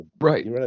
Right